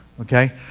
Okay